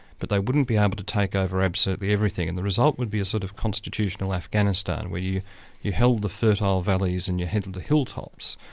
but they wouldn't be able to take over absolutely everything. and the result would be a sort of constitutional afghanistan, where you you held the fertile valleys and you head for and the hilltops,